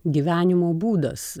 gyvenimo būdas